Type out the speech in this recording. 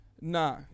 Nah